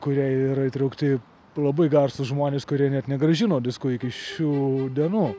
kurie yra įtraukti labai garsūs žmonės kurie net negrąžino disko iki šių dienų